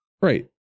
Right